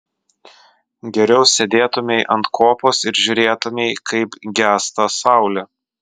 geriau sėdėtumei ant kopos ir žiūrėtumei kaip gęsta saulė